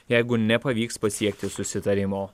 jeigu nepavyks pasiekti susitarimo